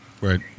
right